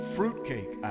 Fruitcake